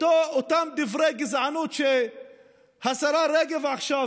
אותם דברי גזענות של השרה רגב עכשיו,